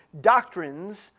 doctrines